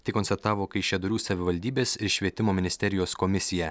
tai konstatavo kaišiadorių savivaldybės ir švietimo ministerijos komisija